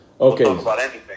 Okay